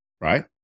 right